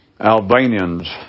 Albanians